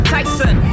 Tyson